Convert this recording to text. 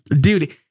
dude